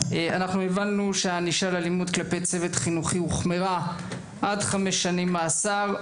הבנו שענישה על אלימות כלפי צוות חינוכי הוחמרה עד חמש שנים מאסר.